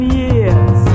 years